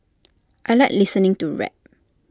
I Like listening to rap